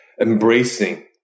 embracing